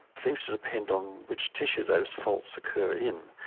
seems to depend on which tissue those faults occur in.